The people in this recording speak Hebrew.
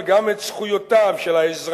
אלא גם את זכויותיו של האזרח,